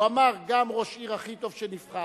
הוא אמר: גם ראש עיר הכי טוב שנבחר,